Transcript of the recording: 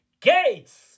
gates